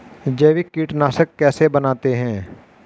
जैविक कीटनाशक कैसे बनाते हैं?